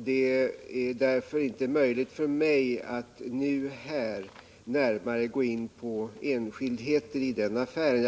företaget. Det är därför inte möjligt för mig att här närmare gå in på enskildheterna i den affären.